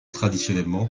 traditionnellement